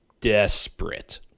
desperate